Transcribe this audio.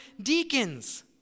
deacons